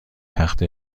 تخت